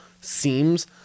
seems